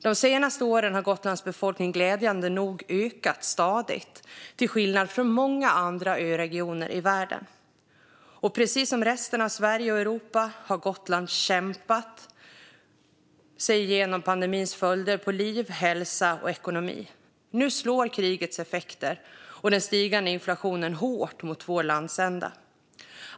De senaste åren har Gotlands befolkning glädjande nog ökat stadigt, till skillnad från hur det är i många andra öregioner i världen. Och precis som resten av Sverige och Europa har Gotland kämpat sig igenom pandemins följder när det gäller liv, hälsa och ekonomi. Nu slår krigets effekter och den stigande inflationen hårt mot vår landsända.